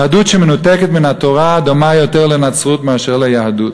יהדות שמנותקת מן התורה דומה יותר לנצרות מאשר ליהדות,